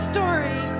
story